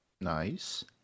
Nice